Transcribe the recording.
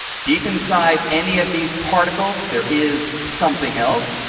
deep inside any of these particles, there is something else.